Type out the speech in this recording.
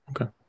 okay